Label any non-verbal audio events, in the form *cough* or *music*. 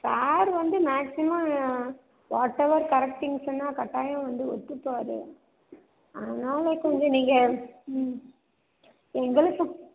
sir வந்து maximum what ever *unintelligible* கட்டாயம் வந்து ஒத்துப்பார் ஆனாலும் கொஞ்சம் நீங்கள் ம் எங்களுக்கு